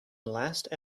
last